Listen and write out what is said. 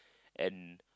and